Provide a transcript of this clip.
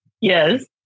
Yes